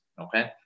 Okay